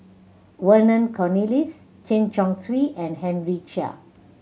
Vernon Cornelius Chen Chong Swee and Henry Chia